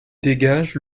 dégage